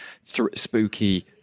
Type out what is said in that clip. spooky